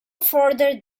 further